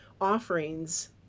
offerings